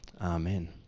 Amen